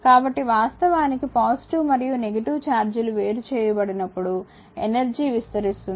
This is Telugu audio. కాబట్టి వాస్తవానికి పాజిటివ్ మరియు నెగిటివ్ చార్జీలు వేరు చేయబడినప్పుడు ఎనర్జీ విస్తరిస్తుంది